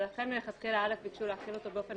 ולכן מלכתחילה ביקשו להחיל אותו באופן